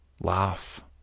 laugh